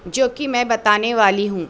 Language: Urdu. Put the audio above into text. جو کہ میں بتانے والی ہوں